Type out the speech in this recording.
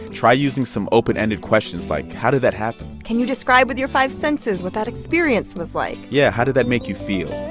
try using some open-ended questions like, how did that happen? can you describe with your five senses what that experience was like? yeah. how did that make you feel?